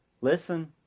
Listen